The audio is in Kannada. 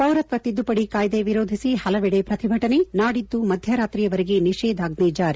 ಪೌರತ್ನ ತಿದ್ಲುಪಡಿ ಕಾಯ್ದೆ ವಿರೋಧಿಸಿ ಪಲವೆಡೆ ಪ್ರತಿಭಟನೆ ನಾಡಿದ್ದು ಮಧ್ಯರಾತ್ರಿಯವರೆಗೆ ನಿಷೇದಾಜ್ಞೆ ಜಾರಿ